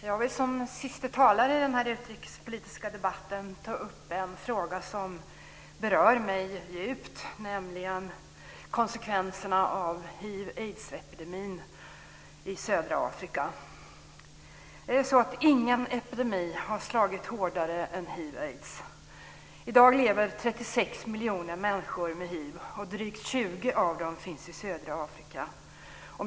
Fru talman! Som sista talare i den utrikespolitiska debatten vill jag ta upp en fråga som berör mig djupt, nämligen konsekvenserna av hiv aids. I dag lever 36 miljoner människor med hiv. Drygt 20 miljoner av dem finns i södra Afrika.